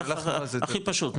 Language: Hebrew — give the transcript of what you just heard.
הכי פשוט,